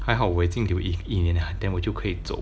还好我已经留一年 liao then 我就可以走